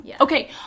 Okay